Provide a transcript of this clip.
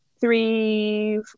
three